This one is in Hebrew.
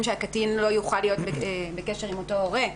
שהקטין לא יוכל להיות בקשר עם אותו הורה.